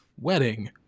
wedding